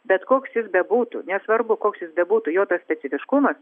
bet koks jis bebūtų nesvarbu koks jis bebūtų jo tas specifiškumas